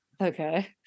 Okay